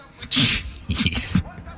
Jeez